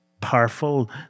powerful